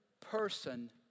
person